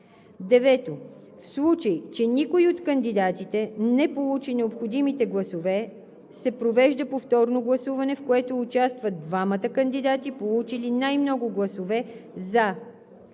тях. 9. В случай че никой от кандидатите не получи необходимите гласове, се провежда повторно гласуване, в което участват двамата кандидати, получили най-много гласове „за“.